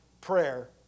prayer